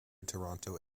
toronto